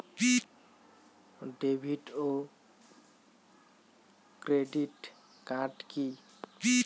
David ও credit card কি?